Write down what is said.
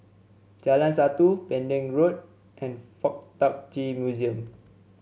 Jalan Satu Pending Road and FuK Tak Chi Museum